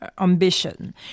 ambition